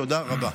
תודה רבה.